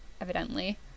evidently